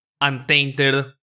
untainted